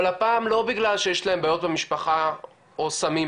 אבל הפעם לא בגלל שיש להם בעיות במשפחה, או סמים,